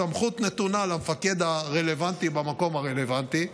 הסמכות נתונה למפקד הרלוונטי במקום הרלוונטי.